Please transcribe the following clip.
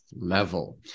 level